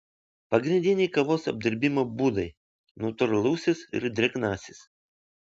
pagrindiniai kavos apdirbimo būdai natūralusis ir drėgnasis